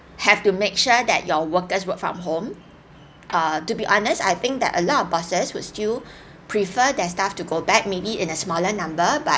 have to make sure that your workers work from home err to be honest I think that a lot of bosses would still prefer their staff to go back maybe in a smaller number but